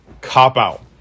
cop-out